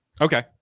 Okay